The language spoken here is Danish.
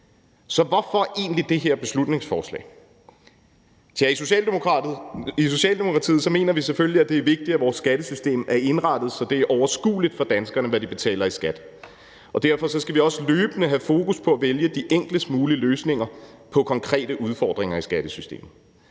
fremsættes egentlig det her beslutningsforslag? Tja, i Socialdemokratiet mener vi selvfølgelig, at det er vigtigt, at vores skattesystem er indrettet, så det er overskueligt for danskerne, hvad de betaler i skat, og derfor skal vi også løbende have fokus på at vælge de enklest mulige løsninger på konkrete udfordringer i skattesystemet.